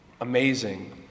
amazing